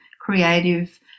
creative